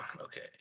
Okay